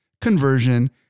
conversion